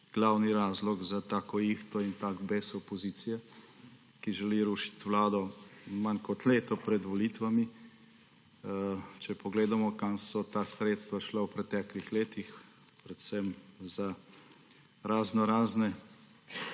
glavni razlog za tako ihto in tak bes opozicije, ki želi rušiti vlado manj kot leto pred volitvami. Če pogledamo, kam so ta sredstva šla v preteklih letih, predvsem za raznorazne